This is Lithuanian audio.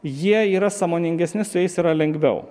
jie yra sąmoningesni su jais yra lengviau